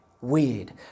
weird